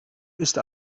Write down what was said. ist